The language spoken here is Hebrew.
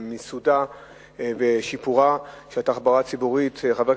מיסודה ושיפורה של התחבורה הציבורית.